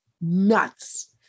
nuts